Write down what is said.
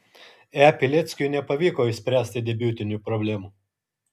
e pileckiui nepavyko išspręsti debiutinių problemų